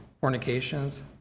fornications